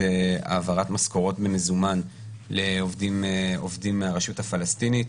משכורות במזומן לעובדים מהרשות הפלסטינית.